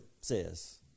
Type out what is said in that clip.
says